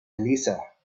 elisa